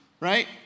Right